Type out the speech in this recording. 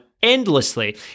endlessly